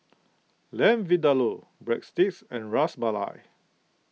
Lamb Vindaloo Breadsticks and Ras Malai